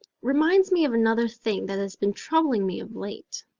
reminds me of another thing that has been troubling me of late,